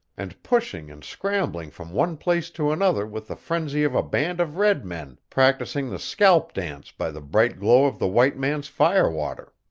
and pushing and scrambling from one place to another with the frenzy of a band of red men practising the scalp dance by the bright glow of the white man's fire-water.